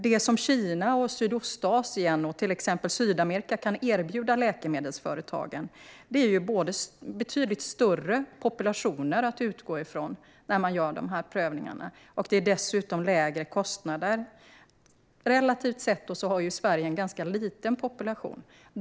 Det som Kina, Sydostasien och Sydamerika kan erbjuda läkemedelsföretagen är betydligt större populationer att utgå ifrån när man gör prövningarna och dessutom lägre kostnader. Sverige har relativt sett en ganska liten population.